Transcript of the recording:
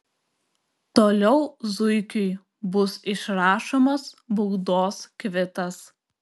toliau zuikiui bus išrašomas baudos kvitas